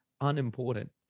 unimportant